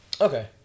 Okay